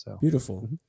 Beautiful